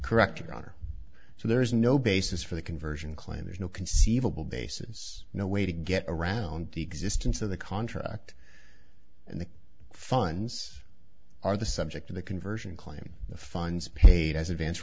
correct a goner so there is no basis for the conversion claim there's no conceivable basis no way to get around the existence of the contract and the funds are the subject of the conversion claim the funds paid as advance